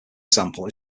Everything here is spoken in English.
example